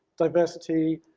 diversity,